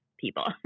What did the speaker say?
people